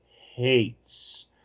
hates